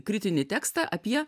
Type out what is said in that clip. kritinį tekstą apie